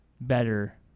better